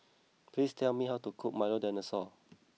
please tell me how to cook Milo Dinosaur